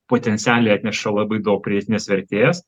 potencialiai atneša labai daug pridėtinės vertės